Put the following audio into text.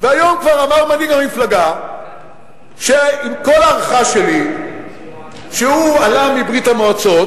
והיום כבר אמר מנהיג המפלגה שעם כל הערכה שלי שהוא עלה מברית-המועצות,